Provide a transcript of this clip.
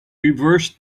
reversed